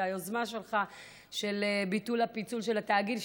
היוזמה שלך לביטול הפיצול של התאגיד.